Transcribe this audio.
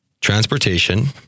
Transportation